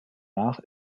nach